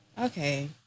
Okay